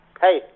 Hey